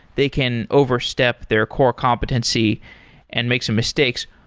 they can overstep their core competency and make some mistakes.